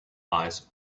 eyes